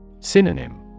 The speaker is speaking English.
synonym